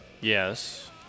Yes